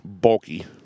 bulky